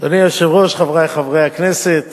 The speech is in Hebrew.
אדוני היושב-ראש, חברי חברי הכנסת,